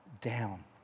down